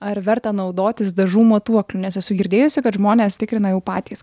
ar verta naudotis dažų matuokliu nes esu girdėjusi kad žmonės tikrina jau patys